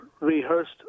rehearsed